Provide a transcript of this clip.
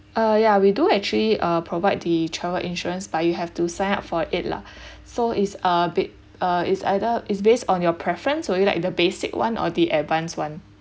uh ya we do actually uh provide the travel insurance but you have to sign up for it lah so it's uh bit~ is either is based on your preference will you like the basic [one] or the advance [one]